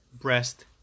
breast